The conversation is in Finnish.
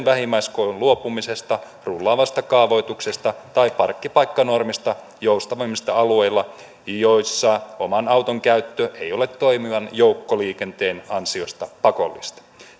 vähimmäiskoosta luopumisesta rullaavasta kaavoituksesta tai parkkipaikkanormista joustamisesta alueilla joissa oman auton käyttö ei ole toimivan joukkoliikenteen ansiosta pakollista